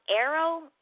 Arrow